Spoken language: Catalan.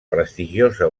prestigiosa